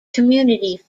community